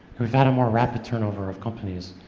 we've had a more rapid turnover of companies.